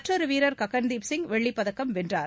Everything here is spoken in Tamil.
மற்றொரு வீரர் ககன்தீப் சிங் வெள்ளிப்பதக்கம் வென்றார்